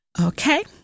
Okay